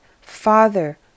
Father